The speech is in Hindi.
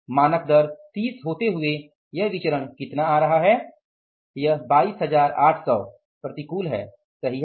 मानक दर 30 होते हुए यह विचरण कितना आ रहा है